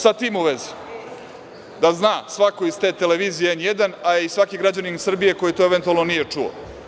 Sa tim u vezi, da zna svako iz te televizije N1, a i svaki građanin Srbije koji to eventualno nije čuo.